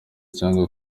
cyangwa